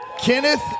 Kenneth